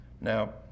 Now